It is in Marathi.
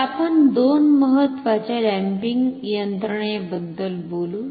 तर आपण दोन महत्वाच्या डॅम्पिंग यंत्रणेबद्दल बोलू